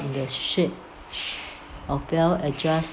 in the sh~ shape of well-adjust